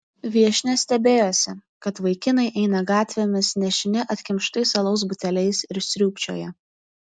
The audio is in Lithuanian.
viešnia stebėjosi kad vaikinai eina gatvėmis nešini atkimštais alaus buteliais ir sriūbčioja